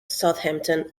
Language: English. southampton